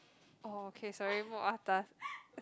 oh okay sorry more atas